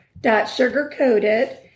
sugarcoated